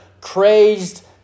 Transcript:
crazed